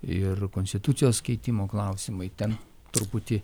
ir konstitucijos keitimo klausimai ten truputį